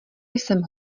jsem